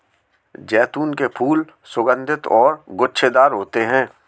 जैतून के फूल सुगन्धित और गुच्छेदार होते हैं